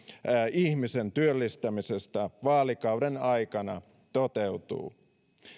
ihmisen työllistämisestä vaalikauden aikana toteutuu